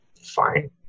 Fine